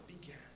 began